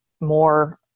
more